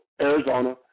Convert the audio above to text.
Arizona